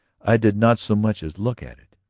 i did not so much as look at it.